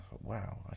wow